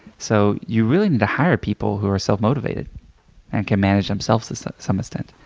so you really need to hire people who are self motivated and can manage themselves to so some extent.